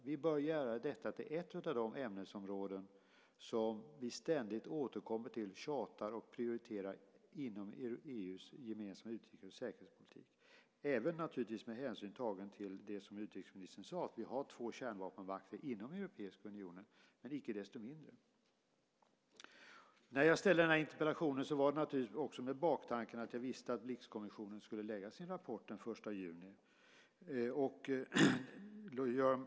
Vi bör göra detta till ett av de ämnesområden som vi ständigt återkommer till, tjatar om och prioriterar inom EU:s gemensamma utrikes och säkerhetspolitik - även naturligtvis med hänsyn tagen till det som utrikesministern sade, att vi har två kärnvapenmakter inom den europeiska unionen, men icke desto mindre. När jag ställde den här interpellationen var naturligtvis bakgrunden att jag visste att Blixkommissionen skulle lägga fram sin rapport den 1 juni.